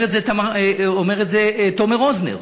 אומר את זה תומר רוזנר.